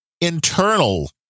internal